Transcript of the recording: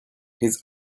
his